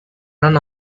run